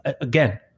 again